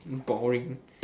mm boring